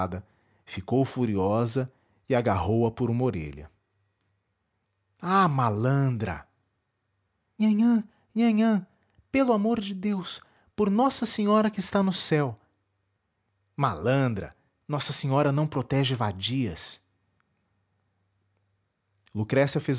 ficou furiosa e agarrou-a por uma orelha ah malandra nhanhã nhanhã pelo amor de deus por nossa senhora que está no céu malandra nossa senhora não protege vadias lucrécia